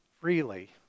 freely